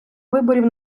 виборів